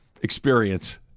experience